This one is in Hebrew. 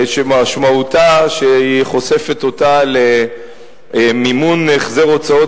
שמשמעותה שהיא חושפת אותה למימון החזר הוצאות